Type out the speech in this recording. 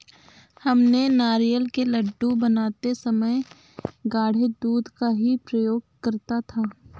हमने नारियल के लड्डू बनाते समय गाढ़े दूध का ही प्रयोग करा था